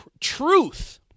Truth